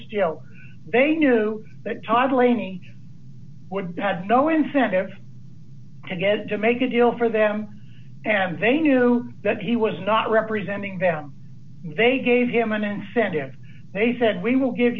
standing they knew that todd laney would had no incentive to get to make a deal for them and they knew that he was not representing them they gave him an incentive they said we will give